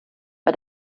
bei